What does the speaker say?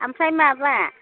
ओमफ्राय माबा